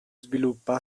sviluppa